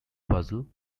puzzle